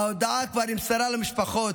ההודעה כבר נמסרה למשפחות,